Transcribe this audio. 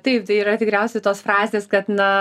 taip tai yra tikriausiai tos frazės kad na